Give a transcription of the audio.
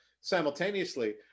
simultaneously